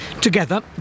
Together